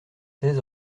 seize